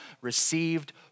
received